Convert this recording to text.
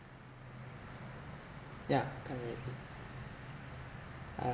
yeah connect already